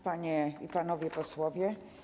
Panie i Panowie Posłowie!